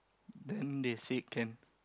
then they say can